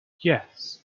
yes